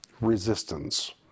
resistance